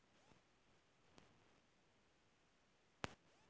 बिजली बत्ती पानी किराया हो जाला